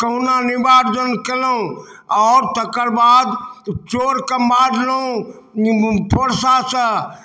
कहुना निबारजन केलहुॅं आओर तेकर बाद चोर के मारलहुॅं फरसा सँ